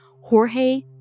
Jorge